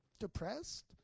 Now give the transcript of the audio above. depressed